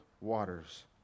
waters